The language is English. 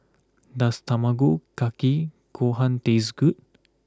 does Tamago Kake Gohan taste good